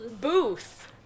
Booth